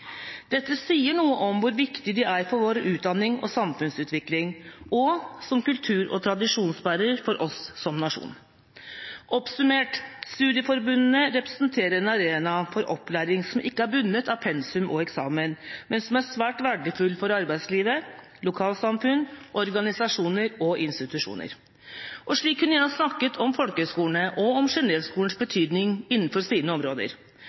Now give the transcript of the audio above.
Dette sier noe om hvor viktige de er for vår utdanning og samfunnsutvikling, og som kultur- og tradisjonsbærere for oss som nasjon. Oppsummert: Studieforbundene representerer en arena for opplæring som ikke er bundet av pensum og eksamen, men som er svært verdifull for arbeidsliv, lokalsamfunn, organisasjoner og institusjoner. Slik kunne jeg snakket om folkehøyskolene og om Genèveskolens betydning innenfor sine områder